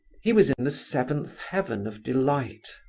he was in the seventh heaven of delight.